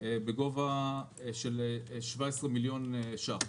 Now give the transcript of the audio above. בגובה של 17 מיליון ש"ח.